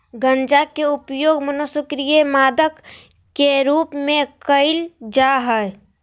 गंजा के उपयोग मनोसक्रिय मादक के रूप में कयल जा हइ